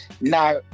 now